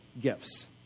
gifts